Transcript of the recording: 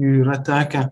yra tekę